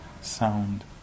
sound